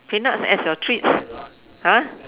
peanuts as your treats !huh!